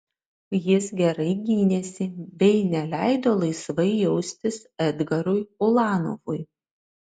jis gerai gynėsi bei neleido laisvai jaustis edgarui ulanovui